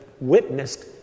witnessed